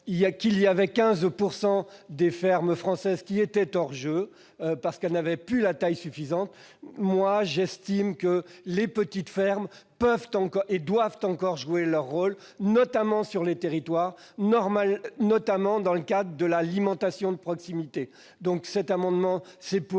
que 15 % des fermes françaises étaient hors-jeu, parce qu'elles n'avaient plus une taille suffisante. Pour ma part, j'estime que les petites fermes peuvent et doivent encore jouer un rôle dans nos territoires, notamment dans le cadre de l'alimentation de proximité.